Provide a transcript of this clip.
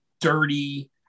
dirty